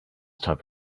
type